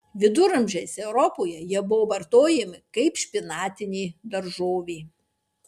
viduramžiais europoje jie buvo vartojami kaip špinatinė daržovė